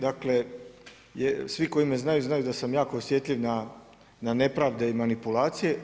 Dakle, svi koji me znaju, znaju da sam jako osjetljiv na nepravde i manipulacije.